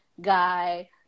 guy